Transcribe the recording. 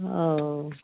ओ